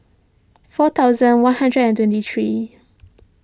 four thousand one hundred and twenty three